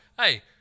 hey